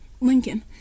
Lincoln